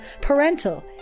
parental